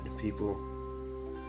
people